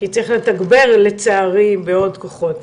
כי צריך לתגבר, לצערי, בעוד כוחות.